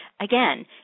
Again